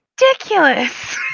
ridiculous